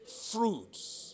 Fruits